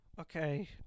Okay